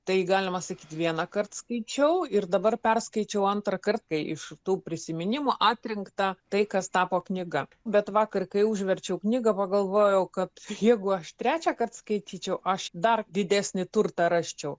tai galima sakyt vienąkart skaičiau ir dabar perskaičiau antrąkart kai iš tų prisiminimų atrinkta tai kas tapo knyga bet vakar kai užverčiau knygą pagalvojau kad jeigu aš trečiąkart skaityčiau aš dar didesnį turtą rasčiau